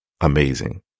amazing